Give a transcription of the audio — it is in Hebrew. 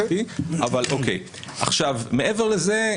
מעבר לזה,